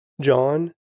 John